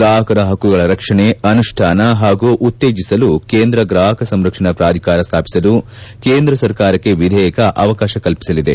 ಗ್ರಾಹಕರ ಹಕ್ಕುಗಳ ರಕ್ಷಣೆ ಅನುಷ್ಟಾನ ಹಾಗೂ ಉತ್ತೇಜಿಸಲು ಕೇಂದ್ರ ಗ್ರಾಹಕ ಸಂರಕ್ಷಣಾ ಪ್ರಾಧಿಕಾರ ಸ್ಥಾಪಿಸಲು ಕೇಂದ್ರ ಸರ್ಕಾರಕ್ಷೆ ವಿಧೇಯಕ ಅವಕಾಶ ಕಲ್ಪಿಸಲಿದೆ